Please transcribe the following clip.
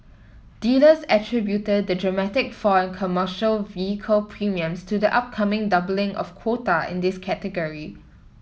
dealers attributed the dramatic fall in commercial vehicle premiums to the upcoming doubling of quota in this category